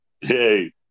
Hey